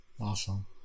Awesome